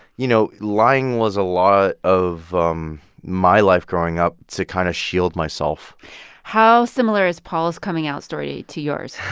you know, lying was a law of um my life growing up to kind of shield myself how similar is paul's coming out story to yours?